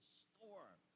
storm